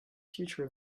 future